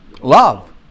Love